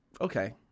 okay